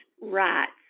rights